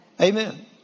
Amen